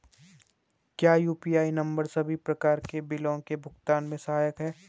क्या UPI number सभी प्रकार के बिलों के भुगतान में सहायक हैं?